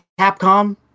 Capcom